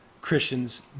Christians